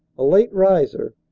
a late riser,